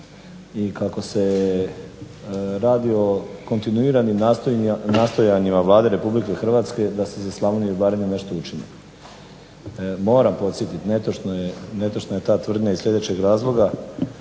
i kako se radi o kontinuiranim nastojanjima Vlade Republike Hrvatske da se za Slavoniju i Baranju nešto i učini. Moram podsjetiti, netočna je ta tvrdnja iz sljedećeg razloga,